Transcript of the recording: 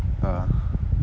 ah